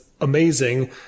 amazing